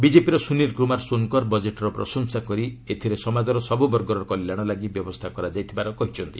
ବିଜେପିର ସୁନୀଲ କୁମାର ସୋନକର ବଜେଟ୍ର ପ୍ରଶଂସା କରି ଏଥିରେ ସମାଜର ସବୁ ବର୍ଗର କଲ୍ୟାଣ ଲାଗି ବ୍ୟବସ୍ଥା କରାଯାଇଥିବାର କହିଛନ୍ତି